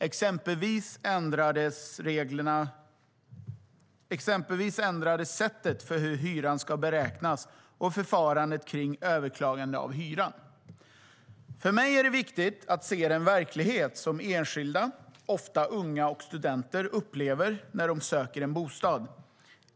Exempelvis ändrades sättet för hur hyran ska beräknas och förfarandet kring överklagande av hyran. För mig är det viktigt att se den verklighet som enskilda, ofta unga och studenter, upplever när de söker en bostad.